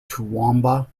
toowoomba